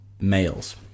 males